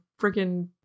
freaking